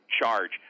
charge